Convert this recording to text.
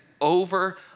over